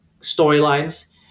storylines